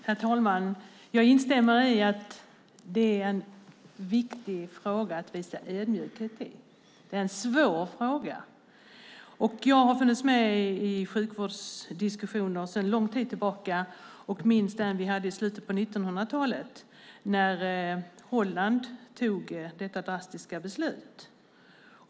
Herr talman! Jag instämmer i att det är en viktig fråga att visa ödmjukhet i. Det är en svår fråga. Jag har funnits med i sjukvårdsdiskussioner sedan lång tid tillbaka och minns den vi hade i slutet av 1900-talet när Holland tog sitt drastiska beslut.